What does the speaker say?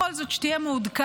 בכל זאת, שתהיה מעודכן.